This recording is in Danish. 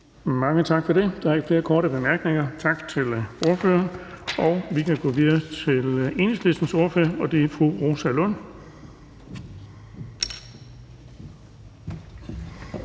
Mange tak for det. Der er ikke flere korte bemærkninger. Tak til ordføreren. Vi kan gå videre til Enhedslistens ordfører, og det er fru Rosa Lund.